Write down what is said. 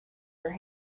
her